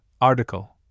article